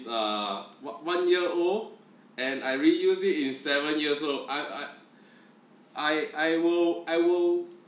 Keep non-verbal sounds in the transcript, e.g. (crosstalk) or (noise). err one year old and I reuse it in seven years old I I (breath) I I will I will